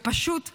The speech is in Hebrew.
ופשוט משחירים,